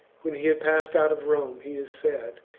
when he had passed out of rome, he is said,